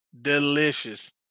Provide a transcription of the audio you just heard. Delicious